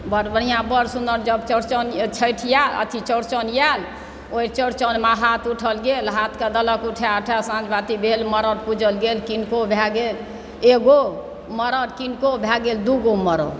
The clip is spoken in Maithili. बड़ बढ़िआँ बड़ सुन्नर जब चौड़चन छठि आएल अथी चौड़चन आएल ओहि चौड़चनमे हाथ उठाओल गेल हाथकेँ देलक उठाए उठाए कऽ साँझ बाती भेल मरर पूजल गेल किनको भए गेल एगो मरर किनको भए गेल दूगो मरर